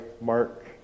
Mark